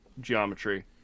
geometry